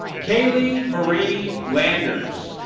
kayleigh marie landers.